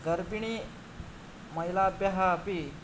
गर्भिणी महिलाभ्यः अपि